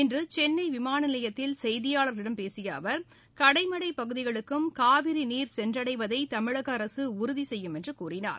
இன்று சென்னை விமான நிலையத்தில் செய்தியாளர்களிடம் பேசிய அவர் கடைமடை பகுதிகளுக்கும் காவிரி நீர் சென்றடவதை தமிழக அரசு உறுதி செய்யும் என்று கூறினார்